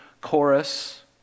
chorus